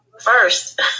first